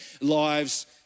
lives